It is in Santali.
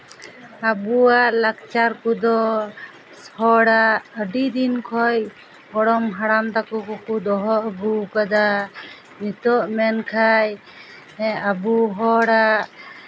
ᱟᱵᱚᱣᱟᱜ ᱞᱟᱠᱪᱟᱨ ᱠᱚᱫᱚ ᱦᱚᱲᱟᱜ ᱟᱹᱰᱤ ᱫᱤᱱ ᱠᱷᱚᱡ ᱜᱚᱲᱚᱢ ᱦᱟᱲᱟᱢ ᱛᱟᱠᱚ ᱠᱚᱠᱚ ᱫᱚᱦᱚ ᱟᱹᱜᱩ ᱟᱠᱟᱫᱟ ᱱᱤᱛᱚᱜ ᱢᱮᱱᱠᱷᱟᱡ ᱦᱮᱸ ᱟᱵᱚ ᱦᱚᱲᱟᱜ